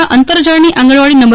ના અંતરજાળની આંગણવાડી નં